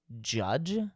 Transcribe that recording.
judge